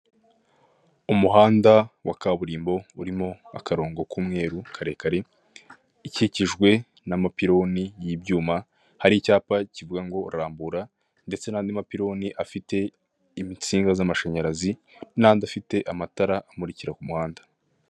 Utu ni utuzu tw'abajenti ba emutiyeni ndetse dukikijwe n'ibyapa bya eyeteri na bakiriya babagannye bari kubaha serivise zitandukanye.